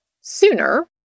sooner